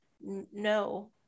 no